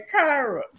Kyra